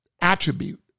attribute